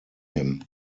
him